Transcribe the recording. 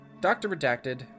doctor-redacted